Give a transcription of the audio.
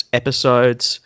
episodes